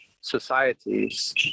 societies